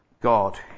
God